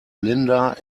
linda